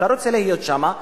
אתה רוצה להיות שם,